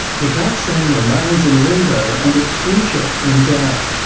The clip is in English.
the vaccine remains in limbo, and its future in doubt.